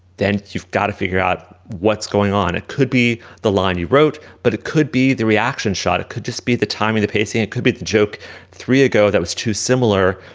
then you've got to figure out what's going on it could be the line you wrote but it could be the reaction shot it could just be the timing the pacing could be the joke three ago that was too similar.